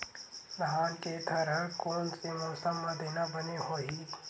धान के थरहा कोन से मौसम म देना बने होही?